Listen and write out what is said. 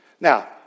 Now